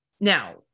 Now